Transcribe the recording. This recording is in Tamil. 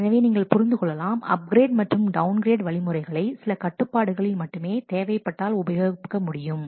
எனவே நீங்கள் புரிந்து கொள்ளலாம் அப்கிரேட் மற்றும் டவுன் கிரேட் வழிமுறைகளை சில கட்டுப்பாடுகளில் மட்டுமே தேவைப்பட்டால் உபயோகிக்க முடியும்